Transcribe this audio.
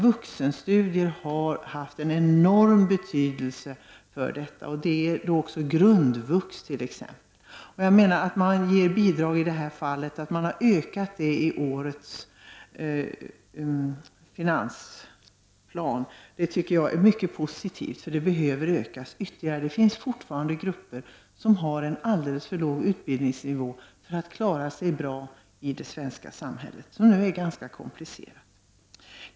Vuxenstudier har här haft en enorm betydelse, t.ex. Grundvux. Jag tycker att det är mycket positivt att man har anslagit ett ökat bidrag till detta i årets finansplan. Bidraget behöver ökas ytterligare. Det finns fortfarande grupper som har en alldeles för låg utbildningsnivå för att klara sig bra i det svenska samhället, som ju är ganska komplicerat.